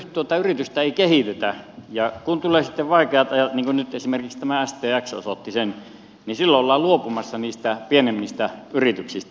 tuota yritystä ei kehitetä ja kun tulee sitten vaikeat ajat niin kuin nyt esimerkiksi tämä stx osoitti sen niin silloin ollaan luopumassa niistä pienemmistä yrityksistä